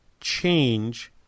change